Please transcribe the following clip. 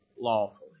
lawfully